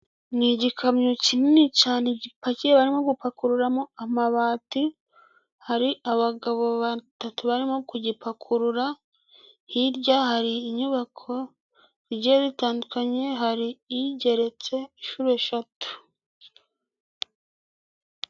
Ni gikamyo kinini cyane igipakiye barimo gupakururamo amabati, hari abagabo batatu barimo kugipakurura, hirya hari inyubako zigiye zitandukanye, hari iyigeretse inshuro eshatu.